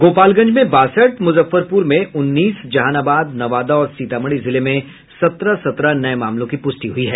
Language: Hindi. गोपालगंज में बासठ मुजफ्फरपुर में उन्नीस जहानाबाद नवादा और सीतामढ़ी जिले में सत्रह सत्रह नये मामलों की पुष्टि हुई है